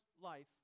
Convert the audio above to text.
Life